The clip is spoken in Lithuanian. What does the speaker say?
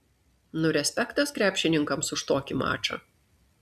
nu respektas krepšininkams už tokį mačą